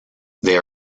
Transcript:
they